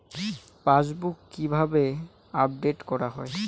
Passbook কিভাবে update করা হয়?